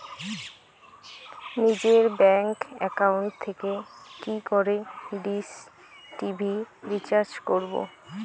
নিজের bank account থেকে কি করে ডিশ টি.ভি রিচার্জ করবো?